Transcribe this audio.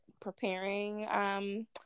preparing